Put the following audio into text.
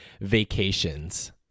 vacations